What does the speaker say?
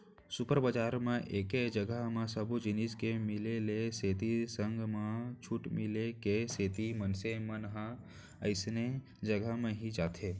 super बजार म एके जघा म सब्बो जिनिस के मिले के सेती संग म छूट मिले के सेती मनसे मन ह अइसने जघा म ही जाथे